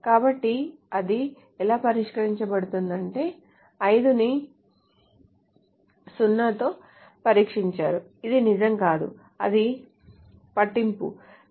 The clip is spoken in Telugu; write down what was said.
కాబట్టి అది ఎలా పరిష్కరించబడుతుందంటే 5 ని 0 తో పరీక్షించారు అది నిజం కాదు అది పట్టింపు లేదు